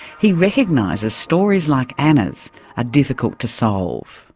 he recognises stories like anna's are difficult to solve.